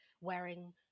wearing